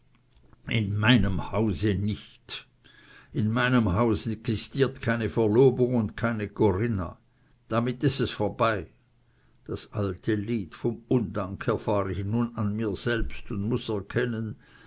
in meinem hause nicht in meinem hause existiert keine verlobung und keine corinna damit ist es vorbei das alte lied vom undank erfahr ich nun an mir selbst und muß erkennen